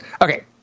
okay